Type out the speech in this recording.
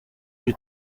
new